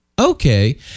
okay